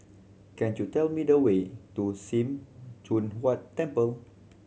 can you tell me the way to Sim Choon Huat Temple